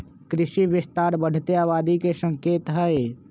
कृषि विस्तार बढ़ते आबादी के संकेत हई